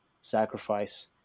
sacrifice